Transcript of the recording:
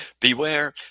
beware